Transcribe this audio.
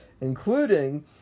including